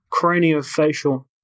craniofacial